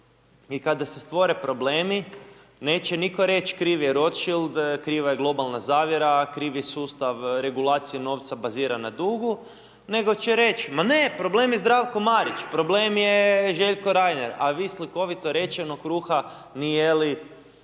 I kada se stvore problemi, neće nitko reći kriv je Rodschield, kriva je globalna zavjera, kriv je sustav regulacije novca baziran na dugu, nego će reći, ma ne problem je Zdravko Marić, problem je Željko Reiner, a vi slikovito rečeno, kruha ni jeli,